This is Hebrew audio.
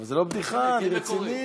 אבל זו לא בדיחה, אני רציני.